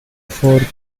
for